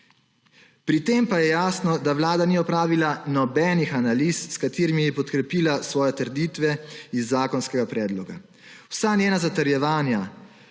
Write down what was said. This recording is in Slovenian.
Pri tem pa je jasno, da Vlada ni opravila nobenih analiz, s katerimi bi podkrepila svoje trditve iz zakonskega predloga. Vsa njena zatrjevanja,